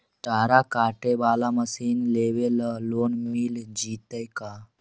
चारा काटे बाला मशीन लेबे ल लोन मिल जितै का?